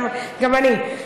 גם אני.